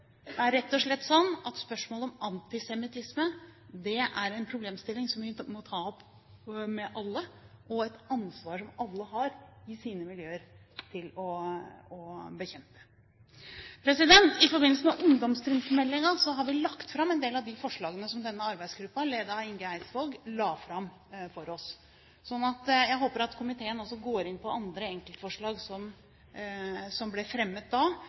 er rett og slett sånn at spørsmålet om antisemittisme er en problemstilling som vi må ta opp med alle, og et ansvar som alle har for å bekjempe i sine miljøer. I forbindelse med stortingsmeldingen om ungdomstrinnet har vi lagt fram en del av de forslagene som denne arbeidsgruppen, ledet av Inge Eidsvåg, la fram for oss. Jeg håper at komiteen også går inn på andre enkeltforslag som ble fremmet da.